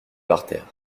parterres